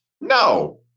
No